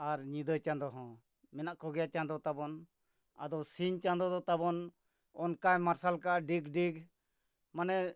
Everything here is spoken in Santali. ᱟᱨ ᱧᱤᱫᱟᱹ ᱪᱟᱸᱫᱚ ᱦᱚᱸ ᱢᱮᱱᱟᱜ ᱠᱚᱜᱮᱭᱟ ᱪᱟᱸᱫᱚ ᱛᱟᱵᱚᱱ ᱟᱫᱚ ᱥᱤᱧ ᱪᱟᱸᱫᱚ ᱫᱚ ᱛᱟᱵᱚᱱ ᱚᱱᱠᱟ ᱢᱟᱨᱥᱟᱞ ᱠᱟᱜ ᱰᱤᱜᱽ ᱰᱤᱜᱽ ᱢᱟᱱᱮ